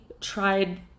tried